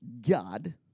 God